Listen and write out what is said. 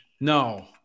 No